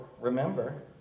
remember